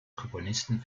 komponisten